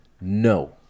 no